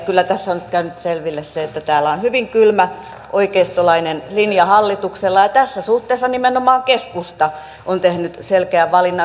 kyllä tässä on nyt käynyt selville se että täällä on hyvin kylmä oikeistolainen linja hallituksella ja tässä suhteessa nimenomaan keskusta on tehnyt selkeän valinnan